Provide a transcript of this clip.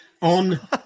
on